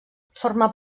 forma